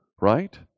Right